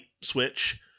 switch